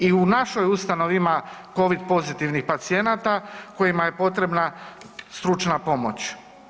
I u našoj ustanovi ima Covid pozitivnih pacijenata kojima je potrebna stručna pomoć.